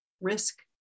risk